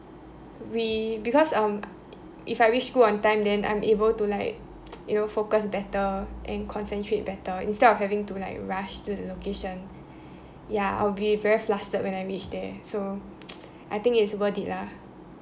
we because um if I reach school on time then I'm able to like you know focus better and concentrate better instead of having to like rush to the location ya I'll be very flustered when I reach there so I think it's worth it lah